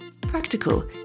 practical